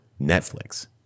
Netflix